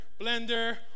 Blender